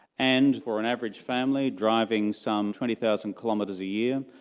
and for an average family driving some twenty thousand kilometres a year,